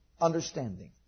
understanding